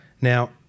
Now